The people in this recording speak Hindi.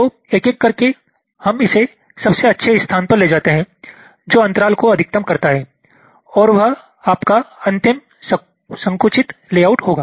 तो एक एक करके हम इसे सबसे अच्छे स्थान पर ले जाते हैं जो अंतराल को अधिकतम करता है और वह आपका अंतिम संकुचित लेआउट होगा